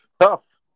Tough